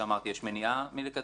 יש מניעה מלקדם אותם,